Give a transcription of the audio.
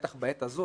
בטח בעת הזאת,